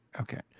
okay